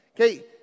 Okay